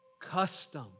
custom